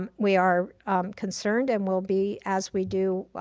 um we are concerned and will be, as we do,